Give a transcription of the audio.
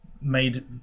made